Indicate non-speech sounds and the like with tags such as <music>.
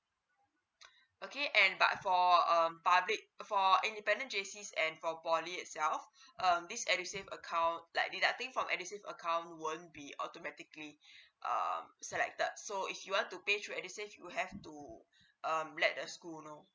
okay and but for um public for independent J_C and for poly itself uh this edusave account like deducting from edusave account won't be automatically <breath> uh selected so if you want to pay through edusave you have to uh let the school know